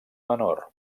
menor